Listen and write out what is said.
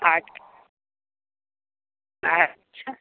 আচ্ছা আচ্ছা